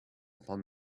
upon